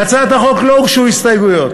להצעת החוק לא הוגשו הסתייגויות,